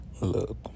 look